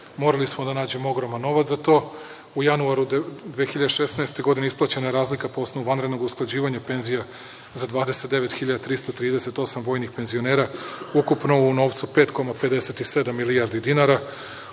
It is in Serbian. godine. Morali smo da nađemo ogroman novac za to. U januaru 2016. godine isplaćena je razlika po osnovu vanrednog usklađivanja penzija za 29.338 vojnih penzionera, ukupno u novcu 5,57 milijardi dinara.